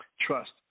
trust